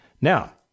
Now